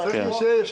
כן, שיהיה יושב-ראש.